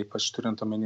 ypač turint omeny